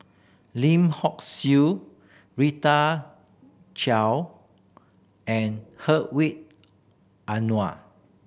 Lim Hock Siew Rita Chao and Anuar